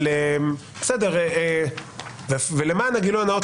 אבל למען הגילוי הנאות,